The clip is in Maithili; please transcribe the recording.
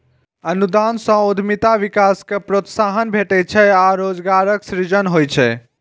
अनुदान सं उद्यमिता विकास कें प्रोत्साहन भेटै छै आ रोजगारक सृजन होइ छै